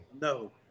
No